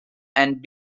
and